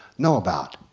know about.